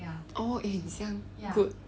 oh eh 很香 good